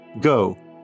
Go